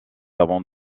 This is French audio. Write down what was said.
avant